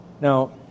Now